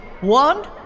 One